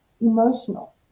emotional